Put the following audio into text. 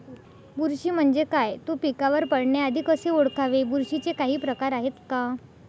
बुरशी म्हणजे काय? तो पिकावर पडण्याआधी कसे ओळखावे? बुरशीचे काही प्रकार आहेत का?